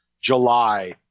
July